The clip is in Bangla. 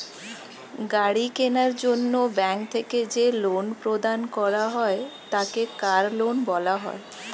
গাড়ি কেনার জন্য ব্যাঙ্ক থেকে যে লোন প্রদান করা হয় তাকে কার লোন বলা হয়